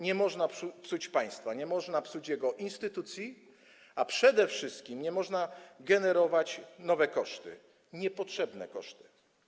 Nie można psuć państwa, nie można psuć jego instytucji, a przede wszystkim nie można generować nowych kosztów, niepotrzebnych kosztów.